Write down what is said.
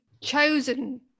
chosen